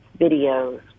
videos